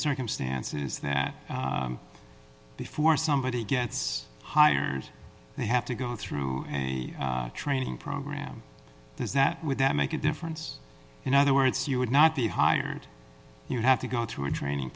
circumstances that before somebody gets hired they have to go through a training program is that would that make a difference in other words you would not be hired you have to go through a training